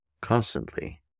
constantly